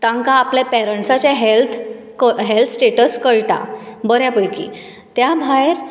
तांकां आपले पॅरंट्साचें हॅस्थ हॅल्थ स्टेटस कळटा बऱ्या पैकी त्या भायर